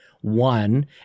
one